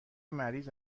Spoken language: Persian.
مریض